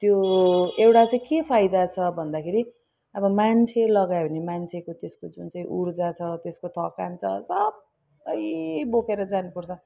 त्यो एउटा चाहिँ के फाइदा छ भन्दाखेरि अब मान्छे लगायो भने मान्छेको त्यसको जुन उर्जा छ त्यसको थकान छ सबै बोकेर जानुपर्छ